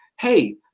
hey